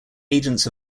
agents